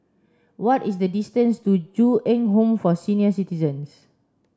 what is the distance to Ju Eng Home for Senior Citizens